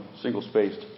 single-spaced